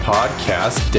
Podcast